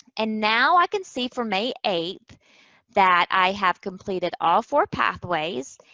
and now i can see for may eighth that i have completed all four pathways,